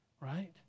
right